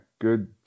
good